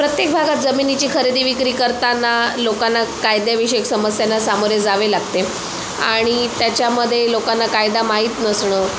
प्रत्येक भागात जमिनीची खरेदी विक्री करताना लोकांना कायदेविषयक समस्यांना सामोरे जावे लागते आणि त्याच्यामध्ये लोकांना कायदा माहीत नसणं